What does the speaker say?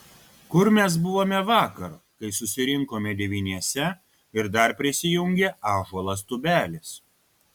kur mes buvome vakar kai susirinkome devyniese ir dar prisijungė ąžuolas tubelis